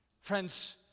Friends